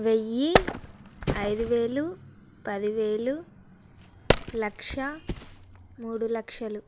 వెయ్యి ఐదు వేలు పది వేలు లక్ష మూడు లక్షలు